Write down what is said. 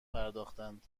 پرداختند